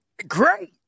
Great